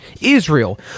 Israel